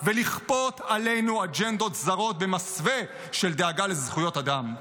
ולכפות עלינו אג'נדות זרות במסווה של דאגה לזכויות אדם.